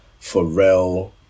Pharrell